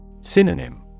Synonym